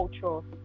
culture